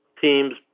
teams